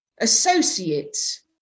associates